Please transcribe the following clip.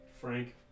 Frank